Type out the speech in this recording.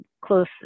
close